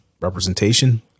representation